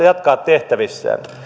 jatkaa tehtävissään